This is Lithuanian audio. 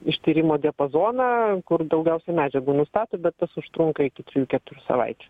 ištyrimo diapazoną kur daugiausiai medžiagų nustato bet tas užtrunka iki trijų keturių savaičių